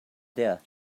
there